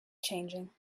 changing